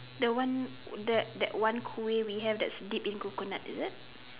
the one that that one Kueh we have that that's dipped in coconut is it